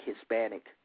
Hispanic